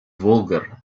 vulgar